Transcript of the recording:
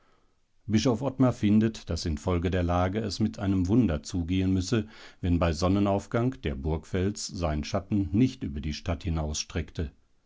bischof ottmar findet daß infolge der lage es mit einem wunder zugehen müsse wenn bei sonnenaufgang der burgfels seinen schatten nicht über die stadt